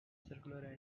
circular